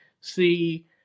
see